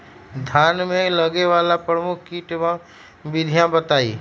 धान में लगने वाले प्रमुख कीट एवं विधियां बताएं?